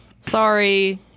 sorry